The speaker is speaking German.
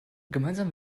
gemeinsam